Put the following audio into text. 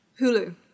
Hulu